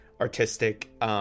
artistic